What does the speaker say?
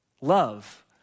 love